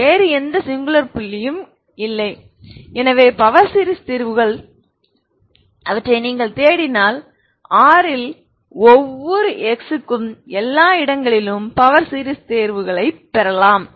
வேறு எந்த சிங்குலர் புள்ளியும் இல்லை எனவே பவர் சீரிஸ் தீர்வுகள் நீங்கள் தேடினால் R இல் ஒவ்வொரு x க்கும் எல்லா இடங்களிலும் பவர் சீரிஸ் தீர்வுகளைப் பெறலாம்